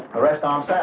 the. rest are.